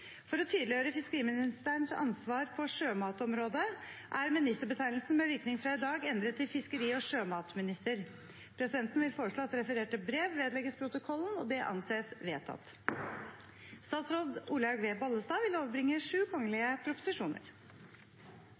For å tydeliggjøre fiskeriministerens ansvar på sjømatområdet er ministerbetegnelsen med virkning fra i dag endret til fiskeri- og sjømatminister.» Presidenten vil foreslå at det refererte brevet vedlegges protokollen. – Det anses vedtatt. Vi er da kommet til avslutningen av det 163. storting, det andre storting i inneværende valgperiode. Presidenten vil